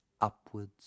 upwards